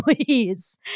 please